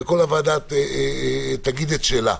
והיא תגיד את שלה.